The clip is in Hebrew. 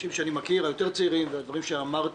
אנשים שאני מכיר, היותר צעירים, על הדברים שאמרת.